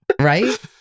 right